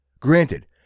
Granted